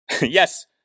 Yes